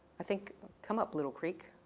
i think come up little creek.